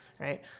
right